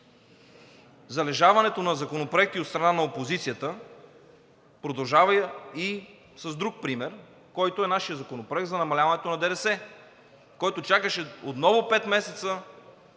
залежаването на законопроекти от страна на опозицията продължава и с друг пример, който е нашият законопроект за намаляването на ДДС, който отново чакаше пет месеца,